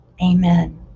Amen